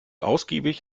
ausgiebig